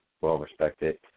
well-respected